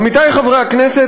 עמיתי חברי הכנסת,